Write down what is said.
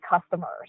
customers